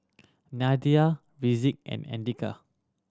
Nadia Rizqi and Andika